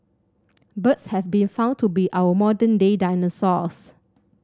birds have been found to be our modern day dinosaurs